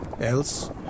Else